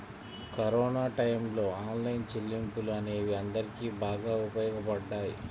corona టైయ్యంలో online చెల్లింపులు అనేవి అందరికీ బాగా ఉపయోగపడ్డాయి